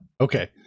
Okay